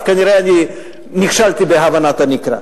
אז כנראה אני נכשלתי בהבנת הנקרא.